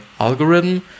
algorithm